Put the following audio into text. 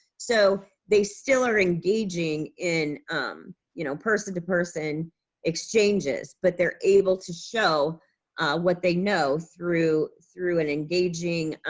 so, they still are engaging in you know, person to person exchanges but they're able to show what they know through through an engaging